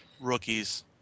Rookies